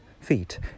feet